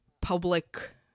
public